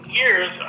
years